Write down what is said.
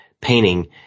painting